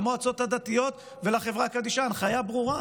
למועצות הדתיות ולחברה קדישא הנחיה ברורה